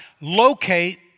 locate